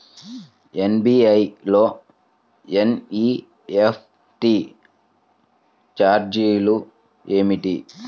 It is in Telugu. ఎస్.బీ.ఐ లో ఎన్.ఈ.ఎఫ్.టీ ఛార్జీలు ఏమిటి?